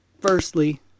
Firstly